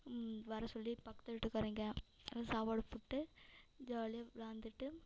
வர சொல்லி பக்கத்து வீட்டுக்காரங்க எல்லாம் சாப்பாடு போட்டு ஜாலியாக விளாண்டுட்டு